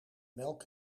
melk